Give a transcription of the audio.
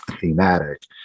thematic